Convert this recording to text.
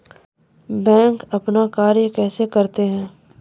Bank अपन कार्य कैसे करते है?